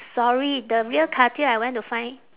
sorry the real cartier I went to find